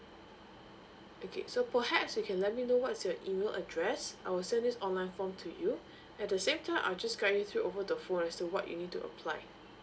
okay so perhaps you can let me know what is your email address I will send you online form to you at the same time I'll just guide you through over the phone as to what you need to apply